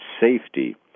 safety